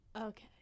Okay